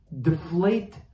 deflate